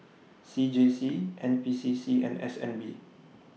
C J C N P C C and S N B